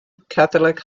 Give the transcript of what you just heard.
catholic